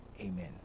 Amen